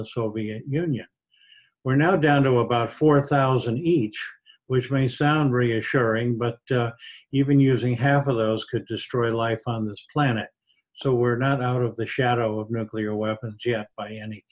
the soviet union we're now down to about four thousand each which may sound reassuring but even using half of those could destroy life on this planet so we're not out of the shadow of nuclear weapons by any